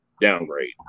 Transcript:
Downgrade